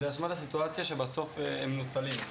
אלא העבודה שבסוף הם מנוצלים.